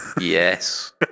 yes